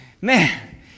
man